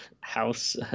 house